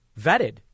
vetted